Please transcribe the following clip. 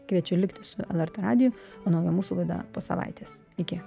kviečiu likti su lrt radiju o nauja mūsų laida po savaitės iki